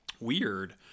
Weird